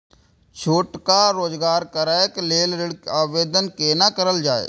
छोटका रोजगार करैक लेल ऋण के आवेदन केना करल जाय?